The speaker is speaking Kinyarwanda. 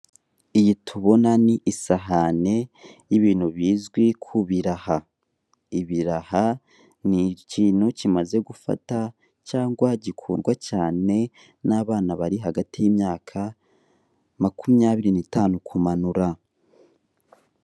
Iyi tubona ni isahani nibintu bizwi kubiraha. Ibiraha ni ikintu kimaze gufata cyangwa gikundwa cyane n'abana bari hagati yimyaka makumyabiri n'itanu kumanura.